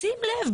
שים לב.